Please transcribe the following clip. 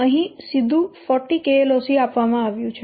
અહીં તેને સીધો 40 KLOC આપવામાં આવે છે